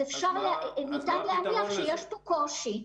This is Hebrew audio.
ניתן להניח שיש פה קושי.